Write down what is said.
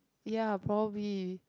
ya probably